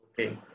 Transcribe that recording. Okay